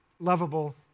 lovable